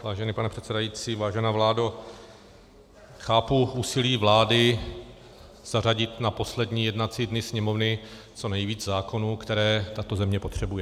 Vážený pane předsedající, vážená vládo, chápu úsilí vlády zařadit na poslední jednací dny Sněmovny co nejvíce zákonů, které tato země potřebuje.